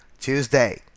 Tuesday